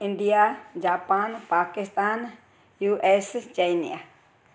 India Japan Pakistan U S China